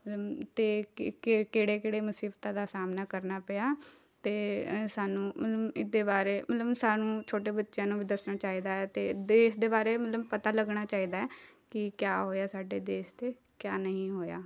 ਮਤਲਬ ਅਤੇ ਕਿ ਕਿਹੜੇ ਕਿਹੜੇ ਮੁਸੀਬਤਾਂ ਦਾ ਸਾਹਮਣਾ ਕਰਨਾ ਪਿਆ ਅਤੇ ਸਾਨੂੰ ਮਤਲਬ ਇਹ ਦੇ ਬਾਰੇ ਮਤਲਬ ਸਾਨੂੰ ਛੋਟੇ ਬੱਚਿਆਂ ਨੂੰ ਵੀ ਦੱਸਣਾ ਚਾਹੀਦਾ ਹੈ ਅਤੇ ਦੇਸ ਦੇ ਬਾਰੇ ਮਤਲਬ ਪਤਾ ਲੱਗਣਾ ਚਾਹੀਦਾ ਹੈ ਕਿ ਕਿਆ ਹੋਇਆ ਸਾਡੇ ਦੇਸ 'ਤੇ ਕਿਆ ਨਹੀਂ ਹੋਇਆ